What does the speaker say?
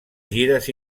gires